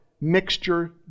mixture